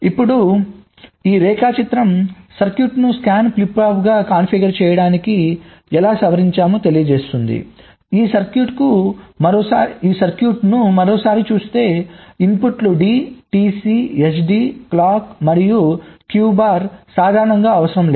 ఇప్పుడు ఈ రేఖాచిత్రం సర్క్యూట్ను స్కాన్ ఫ్లిప్ ఫ్లాప్గా కాన్ఫిగర్ చేయడానికి ఎలా సవరించామొ తెలియజేస్తుంది ఈ సర్క్యూట్కు మరోసారి చూస్తే ఇన్పుట్లు D TC SD క్లాక్ మరియు Q బార్ సాధారణంగా అవసరం లేదు